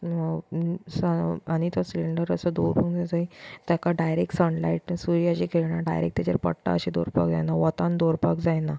आनी तो सिलेंडर असो दवरूंक जाय जंय ताका डायरेक्ट सनलायट सुर्याची किरणां डायरेंक्ट ताचेर पडटा अशें दवरपाक जायना वोतान दवरपाक जायना